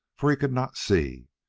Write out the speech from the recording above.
for he could not see,